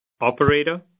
Operator